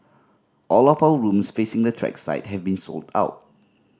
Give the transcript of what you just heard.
all of our rooms facing the track side have been sold out